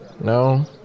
No